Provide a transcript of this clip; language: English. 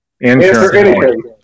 Insurance